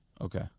Okay